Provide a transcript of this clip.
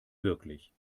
wirklich